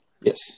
Yes